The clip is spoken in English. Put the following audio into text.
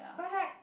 but like